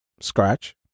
scratch